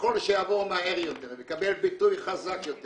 ככל שיעבור מהר יותר ויקבל ביטוי חזק יותר